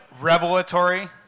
revelatory –